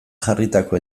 jarritako